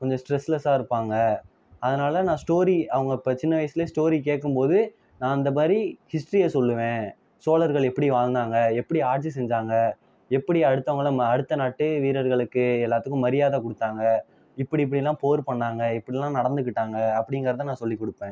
கொஞ்சம் ஸ்ட்ரெஸ்லஸ்ஸாக இருப்பாங்க அதனால் நான் ஸ்டோரி அவங்க இப்போ சின்ன வயசில் ஸ்டோரி கேட்கும்போது நான் அந்த மாதிரி ஹிஸ்ட்ரியை சொல்லுவேன் சோழர்கள் எப்படி வாழ்ந்தாங்க எப்படி ஆட்சி செஞ்சாங்க எப்படி அடுத்தவங்களை அடுத்த நாட்டு வீரர்களுக்கு எல்லாத்துக்கும் மரியாதை கொடுத்தாங்க இப்படி இப்படிலாம் போர் பண்ணாங்க இப்படிலாம் நடந்துக்கிட்டாங்க அப்படிங்கறத நான் சொல்லிக்கொடுப்பேன்